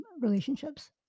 relationships